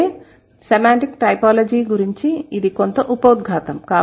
అయితే semantic typology గురించి ఇది కొంత ఉపోద్ఘాతం